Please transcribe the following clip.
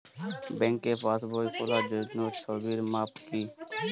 ব্যাঙ্কে পাসবই খোলার জন্য ছবির মাপ কী?